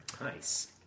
Nice